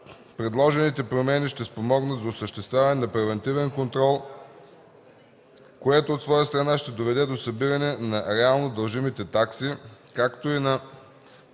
предложените промени ще спомогнат за осъществяването на превантивен контрол, което от своя страна ще доведе до събиране на реално дължимите такси, както и на